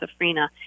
safrina